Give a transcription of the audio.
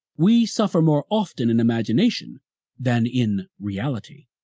we suffer more often in imagination than in reality.